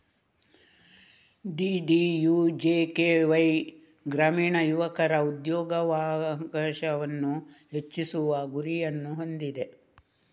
DDUJKY ಗ್ರಾಮೀಣ ಯುವಕರ ಉದ್ಯೋಗಾವಕಾಶವನ್ನು ಹೆಚ್ಚಿಸುವ ಗುರಿಯನ್ನು ಹೊಂದಿದೆ